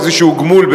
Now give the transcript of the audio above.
איזשהו גמול,